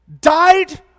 died